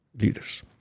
leaders